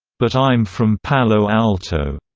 but i'm from palo alto!